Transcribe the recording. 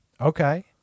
Okay